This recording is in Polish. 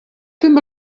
tym